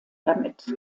damit